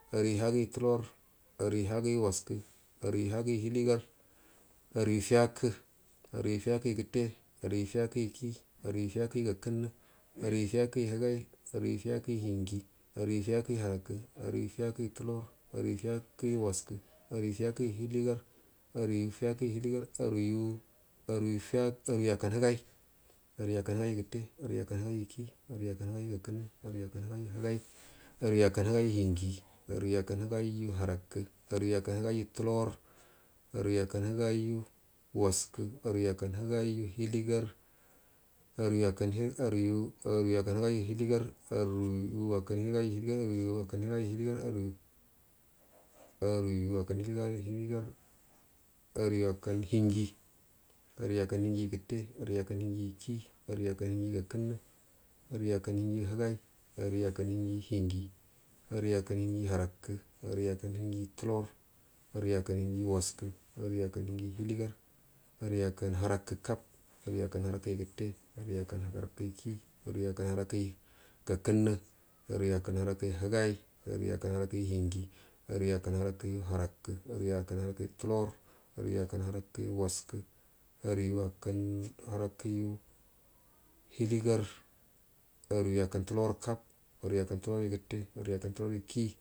Aruyu hagəyu tulor aruyu hagayu waskə aruyu hagəya hiligar aruyu fiyakə aruyu fiyakəyu gətte aruyu fiyakəyu kii arayu fiyakəya gakənnə arugu fiyakəyu higare aruyu fiyakaju hinji aruyu giyabyu harakə aruyu fiyakəyu tulor aruyu fiyakə yu waskə aruyo fiyakoyyu hiligar aruyu akkan higai aruyu akkanhigaiyu gətte aruyu akkau higaigu kii arugu akkauhigaiya gakənnə arugu akkan higaigu higai arugu akkanhigaiyu hiyi aruyu akkan higaiyu harakə aniyu akailigaiya tulor arugu akkan higangu waskə aruya akah higaiyu hiligar oruyu akkanhinji aruyu akkanhinjigu gəttə aniyu akkanhiujiyu kii aruyu akka hinjigu gakənna aruyu akan hiajiyu higai arugu akan hinji gu hinji arugu akkar hinjigu harakə aruyu akkan hinjiyu tulor aruyu akkan hinjiyu waskə aruyu akkan hinyyu hiligar aruyu akkan harakə arriyin akkan harakəgu gətte aruyu akkan harakyu kii aruyu akkan harakyu gakənnə aruya akkan harakəyu higai aruga akkan harakyu hinji aruyu akkau harakəgu harrakə aruyu akkan harakəyu tulor aruyu akkan harakəyu waskə aruyu akkan harakəyu hiligar arugu akkan tulor kab arugu akkan tulorya gətte arugu akkan tulorga kii.